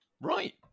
Right